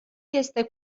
este